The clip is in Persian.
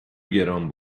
گران